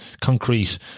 concrete